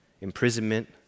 imprisonment